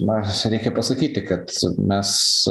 na reikia pasakyti kad mes